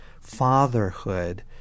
fatherhood